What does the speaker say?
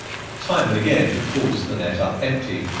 time and again he pulls the net up empty.